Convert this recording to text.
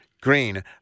Green